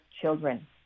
children